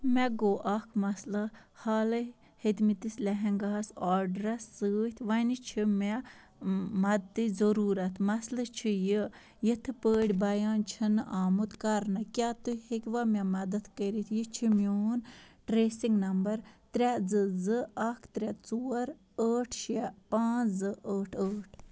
مےٚ گوٚو اکھ مَسلہٕ حالَے ہیٚتۍمٕتِس لہنٛگاہس آرڈرَس سۭتۍ وۄنہِ چھِ مےٚ مدتٕچ ضٔروٗرت مَسلہٕ چھُ یہِ یِتھ پٲٹھۍ بیان چھِنہٕ آمُت کَرنہٕ کیٛاہ تُہۍ ہیٚکِوا مےٚ مدتھ کٔرِتھ یہِ چھِ میون ٹرٛیسِنٛگ نمبر ترٛےٚ زٕ زٕ اکھ ترٛےٚ ژور ٲٹھ شےٚ پانٛژھ زٕ ٲٹھ ٲٹھ